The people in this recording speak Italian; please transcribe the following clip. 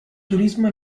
turismo